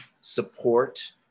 support